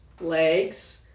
legs